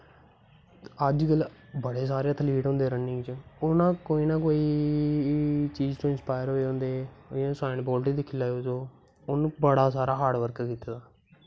अजकल्ल बड़े सारे ऐथलीट होंदे रनिंग च उ'नें कोई नां कोई चीज़ तो इंस्पायर होए दे होंदे ओह् साइन बोलदे दिक्खी लैओ उ'नें बड़ा सारा हार्ड बर्क कीते दा